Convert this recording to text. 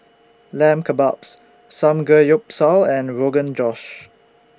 Lamb Kebabs Samgeyopsal and Rogan Josh